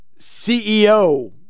CEO